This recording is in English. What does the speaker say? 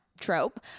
trope